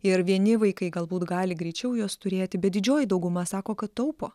ir vieni vaikai galbūt gali greičiau juos turėti bet didžioji dauguma sako kad taupo